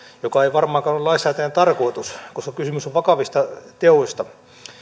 mikä ei varmaankaan ole lainsäätäjän tarkoitus koska kysymys on vakavista teoista